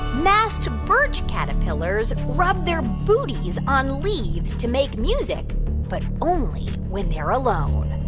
masked birch caterpillars rub their booties on leaves to make music but only when they're alone?